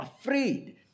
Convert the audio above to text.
afraid